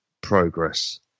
progress